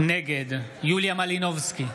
נגד יוליה מלינובסקי,